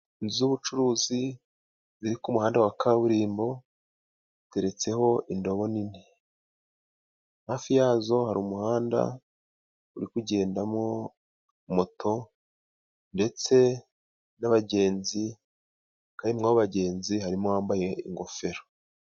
Inzu z'ubucuruzi ziri ku muhanda wa kaburimbo ziteretseho indobo nini, hafi yazo hari umuhanda uri kugendamo moto, ndetse nabagenzi kandi murabo bagenzi harimo abambaye ingofero.